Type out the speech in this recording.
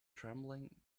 trembling